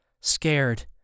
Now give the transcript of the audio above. Scared